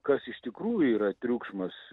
kas iš tikrųjų yra triukšmas